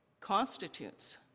constitutes